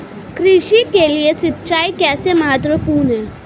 कृषि के लिए सिंचाई कैसे महत्वपूर्ण है?